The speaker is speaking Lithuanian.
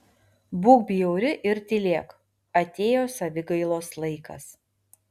būk bjauri ir tylėk atėjo savigailos laikas